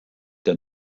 der